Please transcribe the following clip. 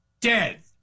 Dead